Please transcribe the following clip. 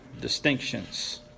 distinctions